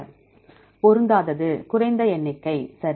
பொருந்தாதது குறைந்த எண்ணிக்கை சரி